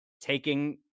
taking